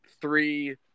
three